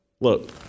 Look